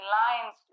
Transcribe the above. lines